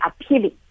appealing